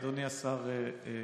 אדוני השר ביטון,